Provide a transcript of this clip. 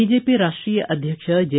BJP ರಾಷ್ಟೀಯ ಅಧ್ಯಕ್ಷ J